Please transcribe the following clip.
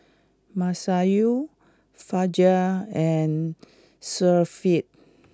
Masayu Fajar and Syafiq